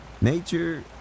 nature